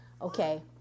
Okay